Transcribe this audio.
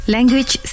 Language